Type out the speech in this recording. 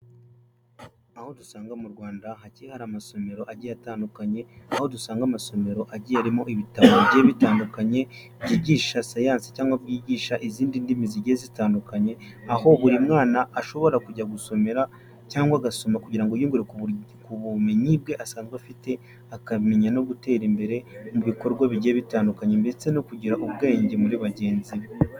Aho dusanga mu Rwanda hagiye hari amasomero agiye atandukanye aho dusanga amasomero agiye arimo ibitabo bigiye bitandukanye byigisha siyansi cyangwa byigisha izindi ndimi zigiye zitandukanye aho buri mwana ashobora kujya gusomera cyangwa agasoma kugira ngo yiyungure kubumenyi bwe asanzwe afite akamenya no gutera imbere mu bikorwa bigiye bitandukanye ndetse no kugira ubwenge muri bagenzi be.